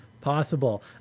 possible